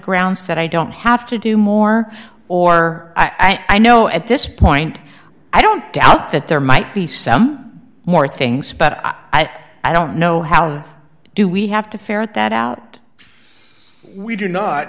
ground said i don't have to do more or i know at this point i don't doubt that there might be some more things but i don't know how do we have to ferret that out we do not